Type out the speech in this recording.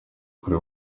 kure